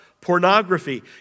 pornography